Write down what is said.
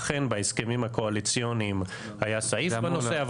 אכן בהסכמים הקואליציוניים היה סעיף בנושא,